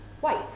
white